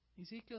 Ezekiel